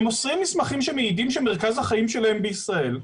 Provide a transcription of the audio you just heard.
הם מוסרים מסמכים שמעידים שמרכז החיים שלהם בישראל,